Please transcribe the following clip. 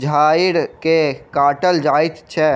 झाइड़ के काटल जाइत छै